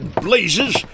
blazes